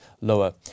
lower